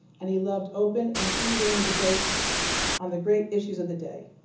and he loved open and free wheeling debate on the great issues of the day.